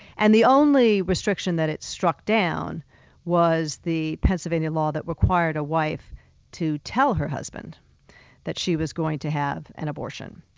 and the only restriction that it struck down was the pennsylvania law that required a wife to tell her husband that she was going to have an abortion,